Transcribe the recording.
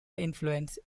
influence